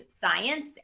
science